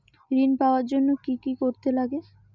ঋণ পাওয়ার জন্য কি কি করতে লাগে?